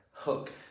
hook